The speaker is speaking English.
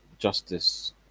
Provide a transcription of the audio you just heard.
Justice